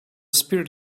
spirit